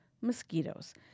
mosquitoes